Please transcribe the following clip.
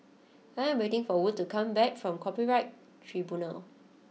I am waiting for Wood to come back from Copyright Tribunal